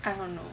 I don't know